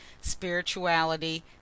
spirituality